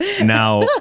now